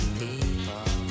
people